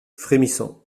frémissant